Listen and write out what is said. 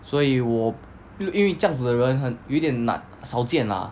所以我因因为这样子的人很有点难少见 lah